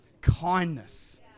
Kindness